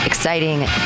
exciting